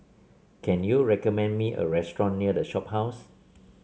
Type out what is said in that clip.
can you recommend me a restaurant near The Shophouse